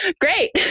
Great